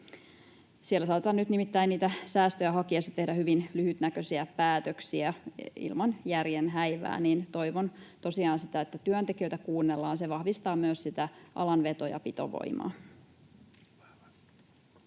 Siellä saatetaan nyt nimittäin niitä säästöjä hakiessa tehdä hyvin lyhytnäköisiä päätöksiä ilman järjen häivää, niin että toivon tosiaan sitä, että työntekijöitä kuunnellaan. Se vahvistaa myös sitä alan veto- ja pitovoimaa.